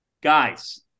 Guys